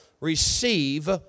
receive